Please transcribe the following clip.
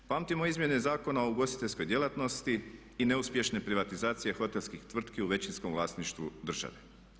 Pamtimo izmjene Zakona o ugostiteljskoj djelatnosti i neuspješne privatizacije hotelskih tvrtki u većinskom vlasništvu države.